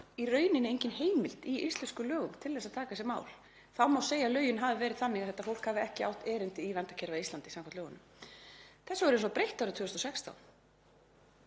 í rauninni engin heimild í íslenskum lögum til að taka þessi mál. Þá má segja að lögin hafi verið þannig að þetta fólk hafi ekki átt erindi í verndarkerfið á Íslandi samkvæmt lögunum. Þessu var breytt árið 2016.